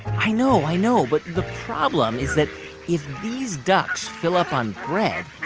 i know. i know. but the problem is that if these ducks fill up on bread,